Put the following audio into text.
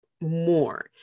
more